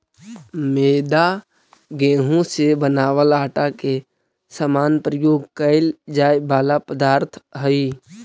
मैदा गेहूं से बनावल आटा के समान प्रयोग कैल जाए वाला पदार्थ हइ